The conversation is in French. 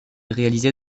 réalisée